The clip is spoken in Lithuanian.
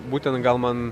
būtent gal man